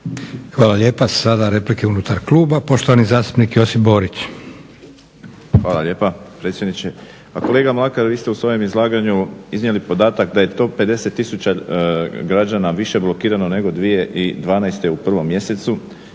Hvala lijepa. Sada replike unutar kluba. Poštovani zastupnik Josip Borić. **Borić, Josip (HDZ)** Hvala lijepa predsjedniče. Kolega Mlakar, vi ste u svojem izlaganju iznijeli podatak da je to 50 tisuća građana više blokirano nego 2012.u prvom mjesecu,